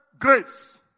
grace